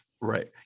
right